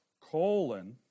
colon